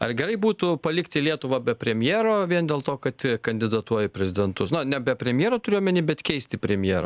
ar gerai būtų palikti lietuvą be premjero vien dėl to kad kandidatuoja į prezidentus na nebe premjero turiu omeny bet keisti premjerą